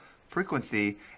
frequency